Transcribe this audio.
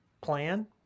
plan